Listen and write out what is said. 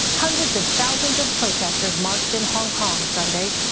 hundreds of thousands of protesters marched in hong kong sunday.